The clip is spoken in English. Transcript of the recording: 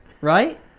right